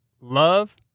love